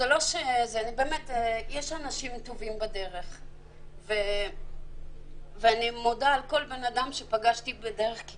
יש אנשים טובים בדרך ואני מודה על כל בן אדם שפגשתי בדרך כי